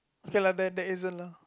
okay lah there there isn't lah